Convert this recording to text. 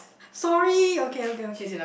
sorry okay okay okay